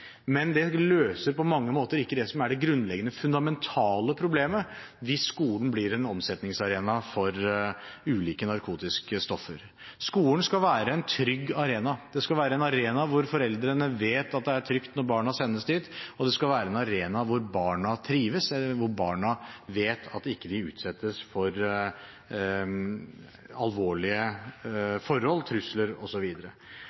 men det løser på mange måter ikke det som er det grunnleggende, fundamentale problemet hvis skolen blir en omsetningsarena for ulike narkotiske stoffer. Skolen skal være en trygg arena. Den skal være en arena som foreldrene vet at det er trygt å sende barna til, og det skal være en arena hvor barna trives, hvor barna vet at de ikke utsettes for alvorlige forhold, trusler osv. Så